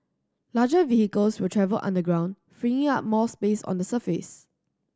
larger vehicles will travel underground freeing up more space on the surface